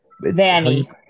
Vanny